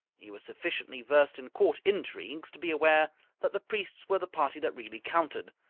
he was sufficiently versed in court intrigues to be aware that the priests were the party that really counted,